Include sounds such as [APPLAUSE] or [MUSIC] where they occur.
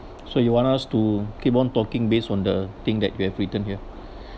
so you want us to keep on talking based on the thing that you have written here [BREATH]